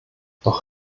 doch